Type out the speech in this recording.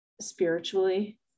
spiritually